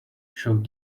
showed